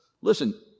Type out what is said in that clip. listen